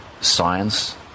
science